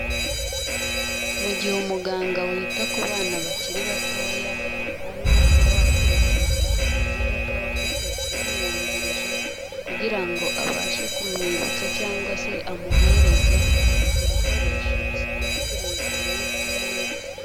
Mu gihe umuganga wita ku bana bakiri batoya, arimo kubakurikirana, ni byiza ko aba afite umwungirije kugira ngo abashe kumwibutsa cyangwa se amuhereze ibikoresho bisabwa kugira ngo bamwiteho neza.